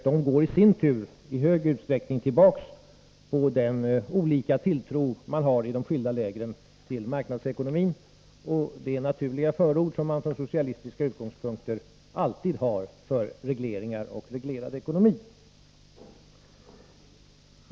De går i sin tur i stor utsträckning tillbaka på den olika tilltron i de skilda lägren till marknadsekonomin och det naturliga förord som man från socialistiska utgångspunkter alltid har för regleringar och reglerad ekonomi.